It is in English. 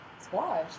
Squash